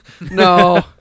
no